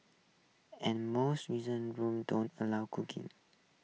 and most reason rooms don't allow cooking